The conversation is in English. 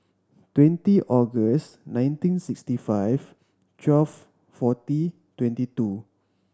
twenty August nineteen sixty five twelve forty twenty two